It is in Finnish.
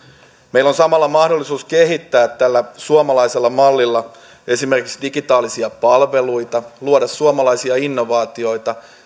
meillä on samalla mahdollisuus kehittää tällä suomalaisella mallilla esimerkiksi digitaalisia palveluita luoda suomalaisia innovaatioita